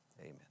Amen